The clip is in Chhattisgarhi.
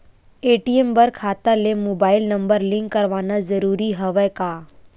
ए.टी.एम बर खाता ले मुबाइल नम्बर लिंक करवाना ज़रूरी हवय का?